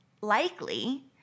likely